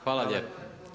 Hvala lijepo.